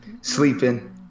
Sleeping